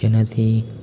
જેનાથી